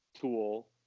tool